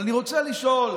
אבל אני רוצה לשאול,